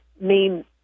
main